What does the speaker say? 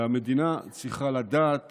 והמדינה צריכה לדעת